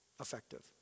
effective